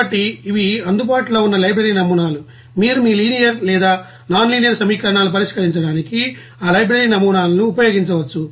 కాబట్టి ఇవి అందుబాటులో ఉన్న లైబ్రరీ నమూనాలు మీరు మీ లినియర్ లేదా నాన్ లీనియర్ సమీకరణాలను పరిష్కరించడానికి ఈ లైబ్రరీ నమూనాలను ఉపయోగించవచ్చు